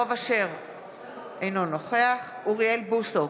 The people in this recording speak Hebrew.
אינו נוכח אוריאל בוסו,